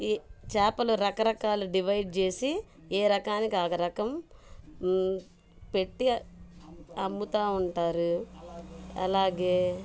ఈ చాపల రకరకాలు డివైడ్ చేసి ఏ రకానికి ఆ రకం పెట్టి అమ్ముతూ ఉంటారు అలాగే